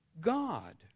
God